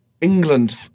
England